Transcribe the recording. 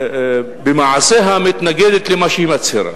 ובמעשיה היא מתנגדת למה שהיא מצהירה.